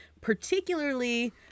particularly